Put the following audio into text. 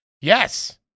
Yes